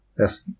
Yes